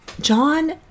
John